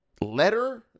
letter